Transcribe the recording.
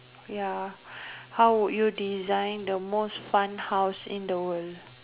ya how would you design the most fun house in the world